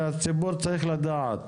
הציבור צריך לדעת.